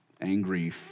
angry